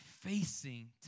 facing